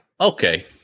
Okay